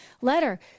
letter